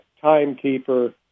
timekeeper